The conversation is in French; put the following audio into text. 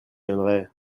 viendrai